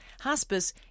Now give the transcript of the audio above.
Hospice